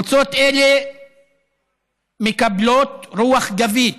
קבוצות אלו מקבלות רוח גבית